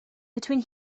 between